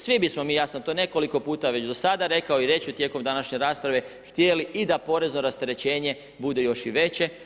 Svi bismo mi, ja sam to nekoliko puta već do sada rekao i reći ću tijekom današnje rasprave, htjeli i da porezno rasterećenje bude još i veće.